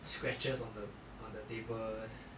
scratches on the on the tables